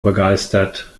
begeistert